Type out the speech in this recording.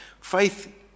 Faith